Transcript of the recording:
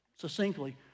succinctly